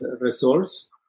resource